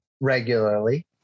regularly